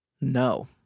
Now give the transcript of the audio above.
No